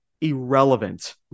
irrelevant